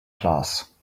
class